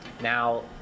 Now